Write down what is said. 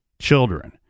children